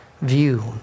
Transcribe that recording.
view